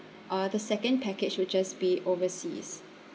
uh the second package would just be overseas